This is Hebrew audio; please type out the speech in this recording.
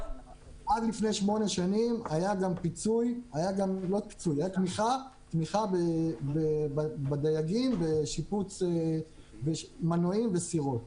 עד לפני שמונה שנים הייתה תמיכה בדייגים בשיפוץ מנועים וסירות,